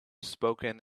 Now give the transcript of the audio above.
spoken